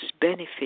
benefit